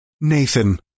Nathan